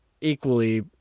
equally